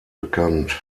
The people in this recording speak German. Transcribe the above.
bekannt